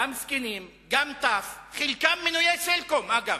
גם זקנים, גם טף, חלקם מנויי "סלקום" אגב,